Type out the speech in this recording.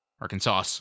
arkansas